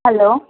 hello